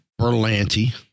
Berlanti